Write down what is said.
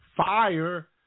Fire